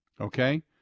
okay